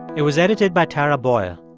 it was edited by tara boyle.